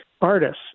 Artists